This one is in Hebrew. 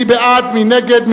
מי נגד?